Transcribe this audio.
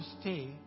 stay